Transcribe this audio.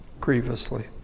Grievously